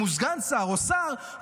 אם הוא סגן שר או שר,